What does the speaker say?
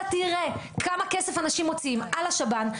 אתה תראה כמה כסף אנשים מוציאים על השב"ן,